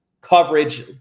coverage